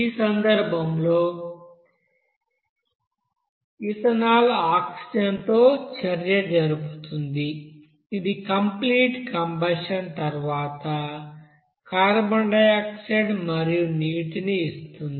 ఈ సందర్భంలో ఇథనాల్ ఆక్సిజన్తో చర్య జరుపుతుంది ఇది కంప్లీట్ కంబషన్ తర్వాత కార్బన్ డయాక్సైడ్ మరియు నీటిని ఇస్తుంది